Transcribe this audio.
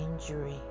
injury